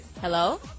Hello